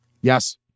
Yes